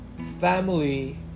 family